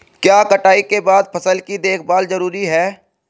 क्या कटाई के बाद फसल की देखभाल जरूरी है?